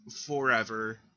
forever